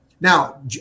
now